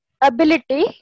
ability